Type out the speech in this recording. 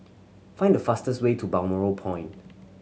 find the fastest way to Balmoral Point